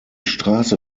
straße